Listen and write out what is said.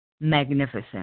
magnificent